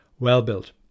Well-built